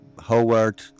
Howard